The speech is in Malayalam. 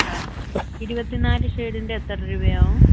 ആ ഇരുപത്തിനാല് ഷേഡിൻ്റെ എത്ര രൂപയാവും